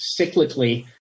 cyclically